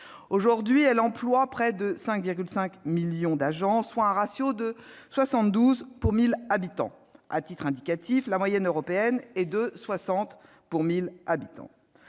Aujourd'hui, elle emploie près de 5,5 millions d'agents, soit un ratio de 72 agents pour 1 000 habitants. À titre indicatif, la moyenne européenne est de 60 pour 1 000 habitants.